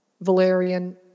valerian